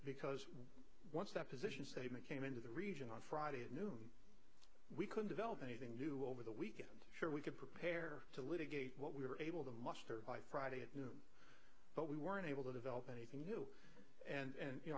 because once that position statement came into the region on friday at noon we could develop anything new over the weekend sure we could prepare to litigate what we were able to muster by friday at noon but we weren't able to develop anything and you know